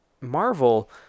Marvel